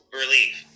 relief